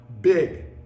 big